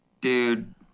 Dude